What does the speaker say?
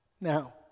now